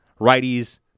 righties